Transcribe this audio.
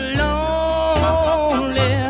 lonely